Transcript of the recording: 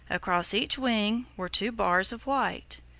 across each wing were two bars of white.